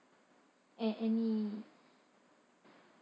at any